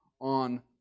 on